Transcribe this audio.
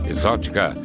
Exótica